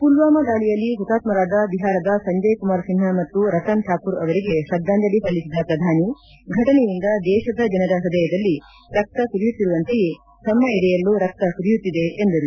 ಪುಲ್ನಾಮಾ ದಾಳಿಯಲ್ಲಿ ಹುತಾತ್ಸರಾದ ಬಿಹಾರದ ಸಂಜಯ್ ಕುಮಾರ್ ಸಿನ್ಹಾ ಮತ್ತು ರತನ್ ಠಾಕೂರ್ ಅವರಿಗೆ ಶ್ರದ್ಗಾಂಜಲಿ ಸಲ್ಲಿಸಿದ ಪ್ರಧಾನಿ ಘಟನೆಯಿಂದ ದೇಶದ ಜನರ ಪ್ರದಯದಲ್ಲಿ ರಕ್ತ ಕುದಿಯುತ್ತಿರುವಂತೆಯೇ ತಮ್ನ ಎದೆಯಲ್ಲೂ ರಕ್ತ ಕುದಿಯುತ್ತಿದೆ ಎಂದರು